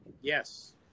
Yes